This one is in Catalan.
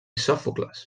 sòfocles